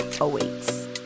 awaits